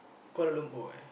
Kuala-Lumpur eh